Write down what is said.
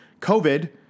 covid